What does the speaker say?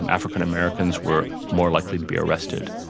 um african americans were more likely to be arrested.